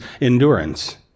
endurance